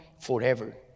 forever